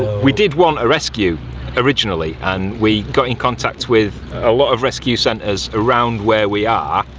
we did want a rescue originally and we got in contact with a lot of rescue centres around where we are